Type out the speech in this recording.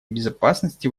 безопасности